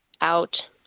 out